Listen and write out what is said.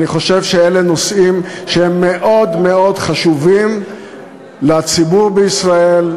אני חושב שאלה נושאים שהם מאוד מאוד חשובים לציבור בישראל,